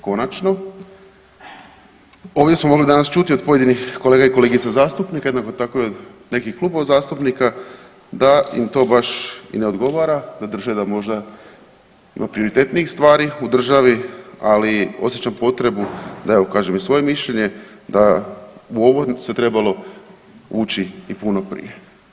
Konačno ovdje smo mogli danas čuti od pojedinih kolega i kolegica zastupnika jednako tako i od nekih klubova zastupnika da im to baš i ne odgovara da drže da možda ima prioritetnijih stvari u državi, ali osjećam potrebu da evo kažem i svoje mišljenje da u ovo se trebalo ući i puno prije.